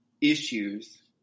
issues